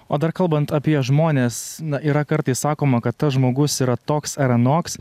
o dar kalbant apie žmones yra kartais sakoma kad tas žmogus yra toks ar anoks